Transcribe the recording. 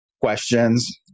questions